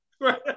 right